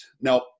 now